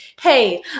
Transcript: hey